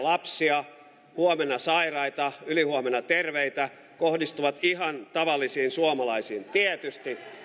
lapsia huomenna sairaita ylihuomenna terveitä kohdistuvat ihan tavallisiin suomalaisiin tietysti